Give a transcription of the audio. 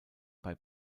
bei